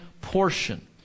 portion